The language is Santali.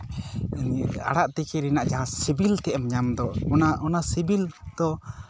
ᱟᱲᱟᱜ ᱛᱤᱠᱤ ᱨᱮᱱᱟᱜ ᱡᱟᱦᱟᱸ ᱥᱤᱵᱤᱞ ᱛᱮᱫ ᱮᱢ ᱧᱟᱢ ᱫᱚ ᱚᱱᱟ ᱚᱱᱟ ᱥᱤᱵᱤᱞ ᱫᱚ